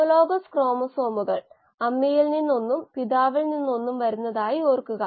glucose സ്രോതസ്സായി lignocellulosic വസ്തുക്കളിൽ നിലവിൽ വളരെയധികം ഗവേഷണം നടത്തുന്നു